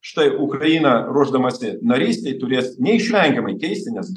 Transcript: štai ukraina ruošdamasi narystei turės neišvengiamai teisinės